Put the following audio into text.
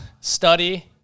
study